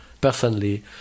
Personally